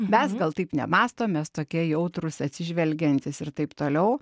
mes gal taip nemąstom mes tokie jautrūs atsižvelgiantys ir taip toliau